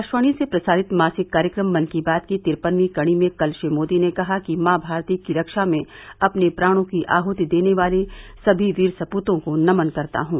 आकाशवाणी से प्रसारित मासिक कार्यक्रम मन की बात की तिरपनवीं कड़ी में कल श्री मोदी ने कहा कि मॉ भारती की रक्षा में अपने प्राणों की आहुति देने वाले सभी वीर सपूतों को नमन करता हूँ